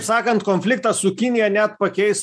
sakant konfliktas su kinija net pakeis